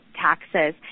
taxes